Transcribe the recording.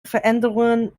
veränderungen